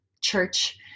church